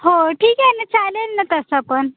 हो ठीक आहे ना चालेल ना तसं पण